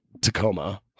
Tacoma